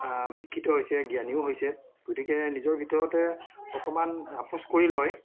শিক্ষিত হৈছে জ্ঞানীও হৈছে গতিকে নিজৰ ভিতৰতে অকণমান আপোচ কৰি লয়